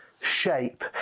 shape